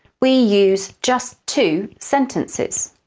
we use just two sentences,